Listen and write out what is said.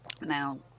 now